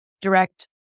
direct